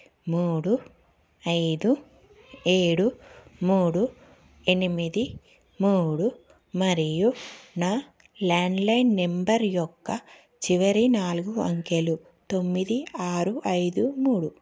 మూడు ఐదు ఏడు మూడు ఎనిమిది మూడు మరియు నా ల్యాండ్లైన్ నెంబర్ యొక్క చివరి నాలుగు అంకెలు తొమ్మిది ఆరు ఐదు మూడు